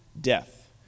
death